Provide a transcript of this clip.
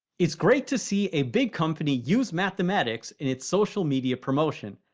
it's great to see a big company use mathematics in its social media promotion.